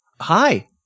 Hi